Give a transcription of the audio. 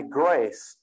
grace